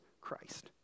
Christ